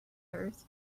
earth